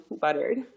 Buttered